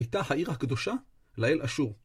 איתך העיר הקדושה, לאל אשור.